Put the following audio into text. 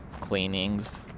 cleanings